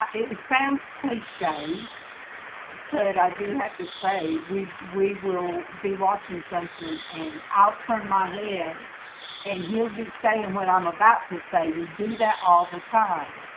is sounds cliche but i do have to say we we will be watching something and i'll turn my head and he'll be saying what i'm about to say we do that all the time